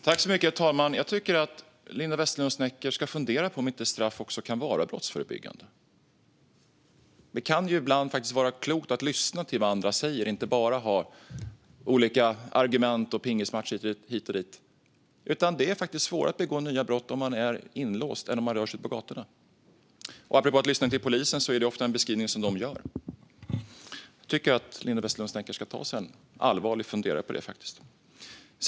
Herr talman! Jag tycker att Linda Westerlund Snecker ska fundera på om inte straff också kan vara brottsförebyggande. Det kan ju ibland vara klokt att lyssna till vad andra säger och inte bara ha olika argument och pingismatcher hit och dit. Det är faktiskt svårare att begå nya brott om man är inlåst än om man rör sig på gatorna, och apropå att lyssna till polisen är det ofta en beskrivning som de gör. Jag tycker faktiskt att Linda Westerlund Snecker ska ta sig en allvarlig funderare på det.